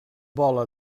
vola